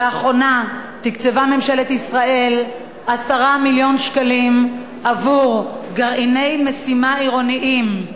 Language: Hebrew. לאחרונה תקצבה ממשלת ישראל 10 מיליון שקלים עבור גרעיני משימה עירוניים.